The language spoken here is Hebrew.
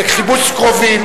לחיפוש קרובים.